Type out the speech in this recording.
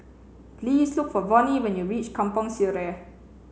please look for Vonnie when you reach Kampong Sireh